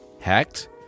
Hacked